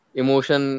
emotion